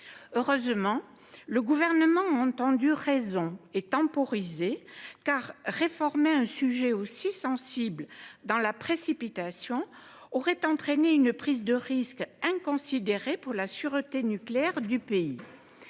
Heureusement, le Gouvernement a entendu raison et temporisé, car réformer un sujet aussi sensible dans la précipitation aurait entraîné une prise de risque inconsidérée pour la sûreté nucléaire du pays.